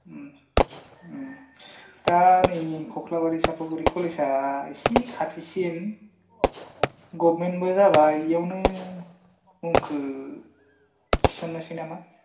उम उम दा नै कक्लाबारि साफागुरि कलेजआ एसे खाथिसिन गभर्नमेन्टबो जाबाय बेयावनो मुंखौ थिसननोसै नामा